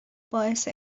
باعث